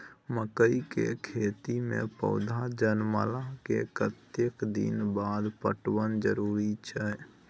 मकई के खेती मे पौधा जनमला के कतेक दिन बाद पटवन जरूरी अछि?